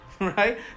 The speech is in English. right